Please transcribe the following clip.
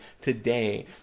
today